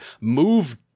Move